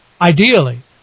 Ideally